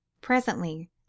presently